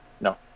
No